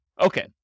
Okay